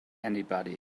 anybody